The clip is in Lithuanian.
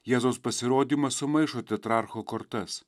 jėzaus pasirodymas sumaišo tetrarcho kortas